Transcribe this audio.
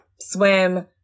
swim